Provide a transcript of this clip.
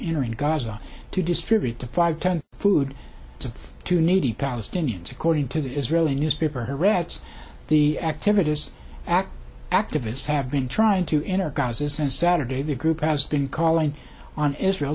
entering gaza to distribute the five ton food to to needy palestinians according to the israeli newspaper ha'aretz the act if it is act activists have been trying to enter gaza since saturday the group has been calling on israel